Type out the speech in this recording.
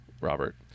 robert